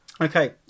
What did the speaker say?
Okay